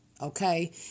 okay